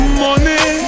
money